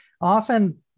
often